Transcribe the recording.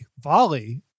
Volley